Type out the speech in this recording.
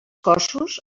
cossos